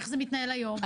איך זה מתנהל היום?